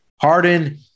Harden